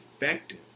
effective